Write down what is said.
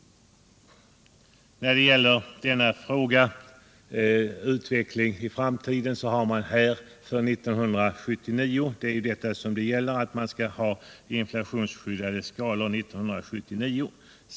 Så till utvecklingen i framtiden. Avsikten är ju att vi skall ha inflationsskyddade skatteskalor år 1979.